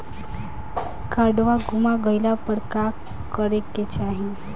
काडवा गुमा गइला पर का करेके चाहीं?